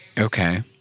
Okay